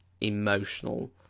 emotional